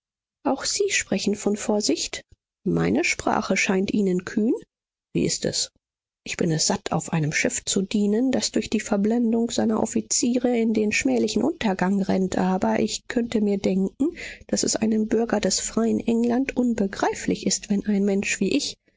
auch sie sprechen von vorsicht meine sprache scheint ihnen kühn sie ist es ich bin es satt auf einem schiff zu dienen das durch die verblendung seiner offiziere in den schmählichen untergang rennt aber ich könnte mir denken daß es einem bürger des freien england unbegreiflich ist wenn ein mensch wie ich